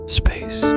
space